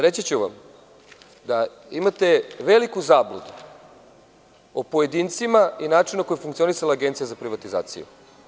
Reći ću vam da imate veliku zabludu o pojedincima i načinu po kojem je funkcionisala Agencija za privatizaciju.